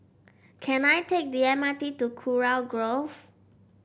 can I take the M R T to Kurau Grove